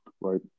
right